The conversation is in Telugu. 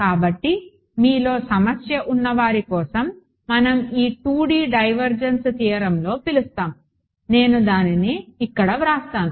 కాబట్టి మీలో సమస్య ఉన్న వారి కోసం మనం ఈ 2D డైవర్జెన్స్ థియరమ్లో పిలుస్తాము నేను దానిని ఇక్కడ వ్రాస్తాను